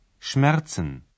Schmerzen